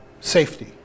safety